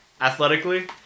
athletically